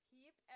Keep